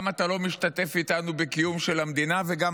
גם אתה לא משתתף איתנו בקיום של המדינה וגם